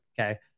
Okay